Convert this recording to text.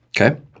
Okay